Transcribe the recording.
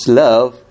love